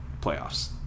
playoffs